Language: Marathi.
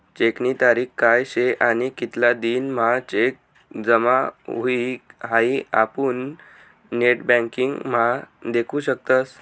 चेकनी तारीख काय शे आणि कितला दिन म्हां चेक जमा हुई हाई आपुन नेटबँकिंग म्हा देखु शकतस